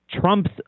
Trump's